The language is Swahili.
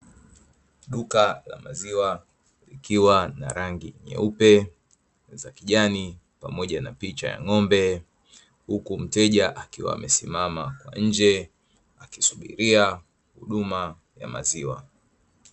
Duka la maziwa Likiwa na rangi nyeupe na za kijani pamoja na picha ya Ng'ombe, Huku mteja akiwa amesimama kwa nje akisubiri huduma ya maziwa .